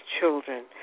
children